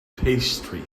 pastry